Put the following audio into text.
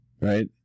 Right